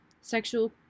sexual